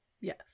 Yes